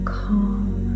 calm